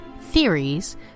theories